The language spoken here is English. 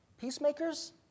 peacemakers